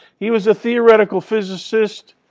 he was a theoretical physicist,